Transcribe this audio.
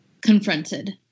confronted